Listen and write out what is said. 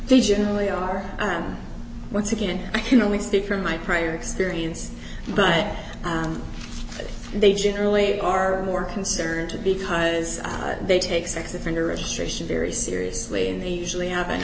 they generally are once again i can only speak from my prior experience but they generally are more concerned because they take sex offender registration very seriously and easily have an